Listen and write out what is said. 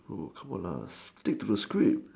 oh come on lah stick to the script